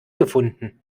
gefunden